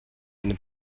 eine